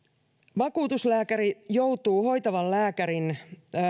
vakuutuslääkäri joutuu hoitavan lääkärin